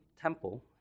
temple